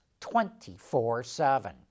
24-7